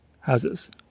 houses